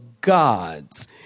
God's